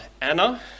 Anna